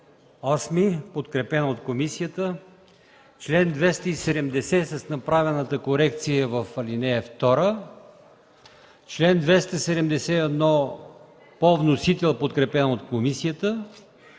VІІІ, подкрепено от комисията, чл. 270 с направената корекция в ал. 2, чл. 271 по вносител, подкрепен от комисията,